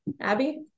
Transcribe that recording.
Abby